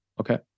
Okay